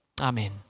amen